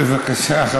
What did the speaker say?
בבקשה.